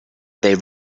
they